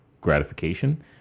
gratification